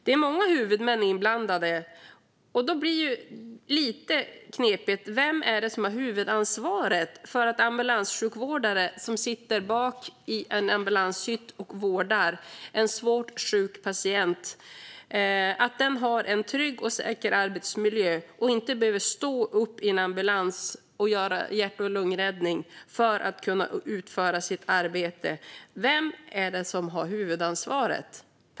Det är många huvudmän inblandade, och det gör det lite knepigt. Vem är det som har huvudansvaret för att en ambulanssjukvårdare som sitter bak i en ambulanshytt och vårdar en svårt sjuk patient har en trygg och säker arbetsmiljö och inte behöver stå upp i ambulansen och göra hjärt och lungräddning för att kunna utföra sitt arbete? Vem är det som har huvudansvaret?